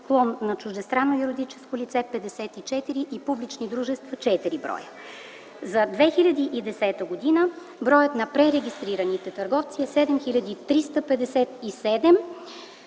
клон на чуждестранни юридически лица – 54 и публични дружества – 4 броя. За 2010 г. броят на пререгистрираните търговци е 7357,